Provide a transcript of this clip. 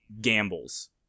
gambles